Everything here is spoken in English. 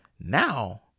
now